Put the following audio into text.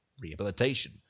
rehabilitation